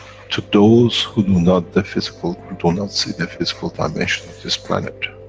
to those who do not the physical, who do not see the physical dimension of this planet,